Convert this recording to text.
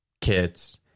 kids